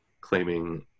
claiming